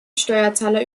steuerzahler